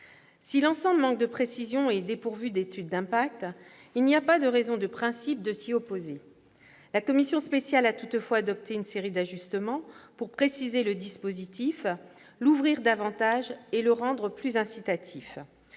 Si l'ensemble manque de précision et est dépourvu d'étude d'impact, il n'y a pas de raison de principe de s'y opposer. La commission spéciale a toutefois adopté une série d'ajustements pour préciser le dispositif, l'ouvrir davantage et le rendre plus incitatif.